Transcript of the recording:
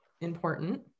important